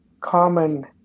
common